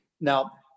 Now